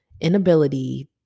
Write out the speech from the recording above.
inability